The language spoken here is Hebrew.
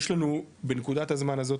יש לנו בנקודת הזמן הזאת,